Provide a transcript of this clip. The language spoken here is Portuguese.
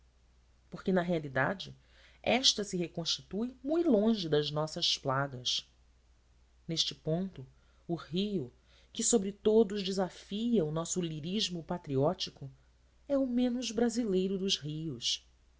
porque na realidade esta se reconstitui mui longe das nossas plagas neste ponto o rio que sobre todos desafia o nosso lirismo patriótico é o menos brasileiro dos rios